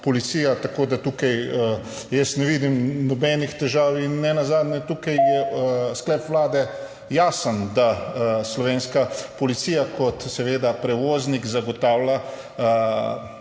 Policija. Tako da tukaj jaz ne vidim nobenih težav. Nenazadnje, tukaj je sklep Vlade jasen, da slovenska policija kot prevoznik zagotavlja,